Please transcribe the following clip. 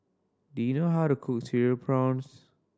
do you know how to cook Cereal Prawns